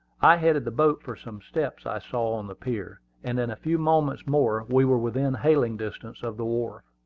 i headed the boat for some steps i saw on the pier, and in a few moments more we were within hailing distance of the wharf.